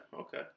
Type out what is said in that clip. okay